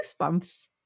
Goosebumps